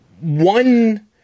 one